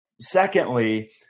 Secondly